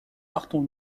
partons